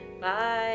Bye